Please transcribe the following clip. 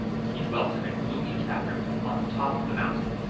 he dwelt in a gloomy cavern on the top of the mountain,